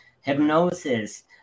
hypnosis